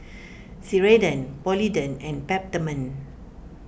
Ceradan Polident and Peptamen